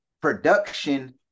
production